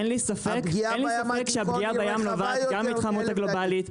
אין לי ספק שהפגיעה בים נובעת גם מן ההתחממות הגלובלית,